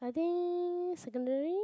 I think secondary